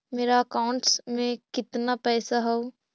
मेरा अकाउंटस में कितना पैसा हउ?